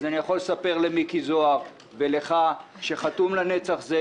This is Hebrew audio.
אז אני יכול לספר למיקי זוהר ולך ש "חתום לנצח" זה